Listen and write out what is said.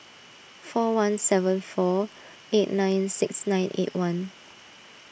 four one seven four eight nine six nine eight one